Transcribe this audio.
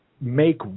make